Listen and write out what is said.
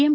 M